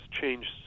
changed